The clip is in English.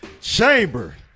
Chamber